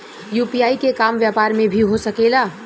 UPI के काम व्यापार में भी हो सके ला?